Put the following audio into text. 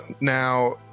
Now